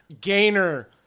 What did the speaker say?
gainer